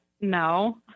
no